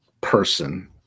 person